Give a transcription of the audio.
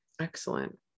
excellent